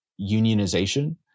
unionization